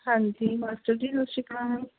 ਹਾਂਜੀ ਮਾਸਟਰ ਜੀ ਸਤਿ ਸ਼੍ਰੀ ਅਕਾਲ